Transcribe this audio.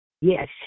Yes